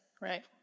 Right